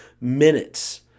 minutes